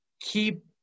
Keep